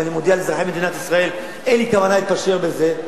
ואני מודיע לאזרחי מדינת ישראל: אין לי כוונה להתפשר בזה.